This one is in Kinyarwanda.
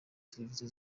servisi